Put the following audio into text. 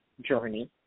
journey